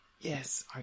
Yes